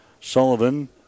Sullivan